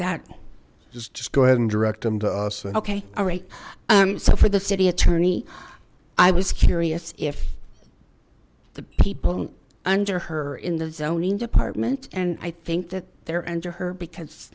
us okay all right um so for the city attorney i was curious if the people under her in the zoning department and i think that they're under her because